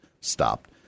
stopped